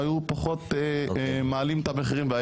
היו פחות מעלים את המחירים.